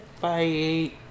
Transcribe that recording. Bye